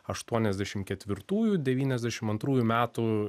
aštuoniasdešim ketvirtųjų devyniasdešim antrųjų metų